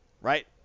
Right